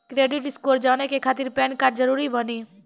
Credit score जाने के खातिर पैन कार्ड जरूरी बानी?